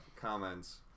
comments